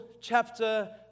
chapter